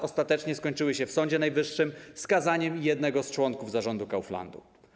Ostatecznie skończyły się w Sądzie Najwyższym skazaniem jednego z członków zarządu Kauflandu.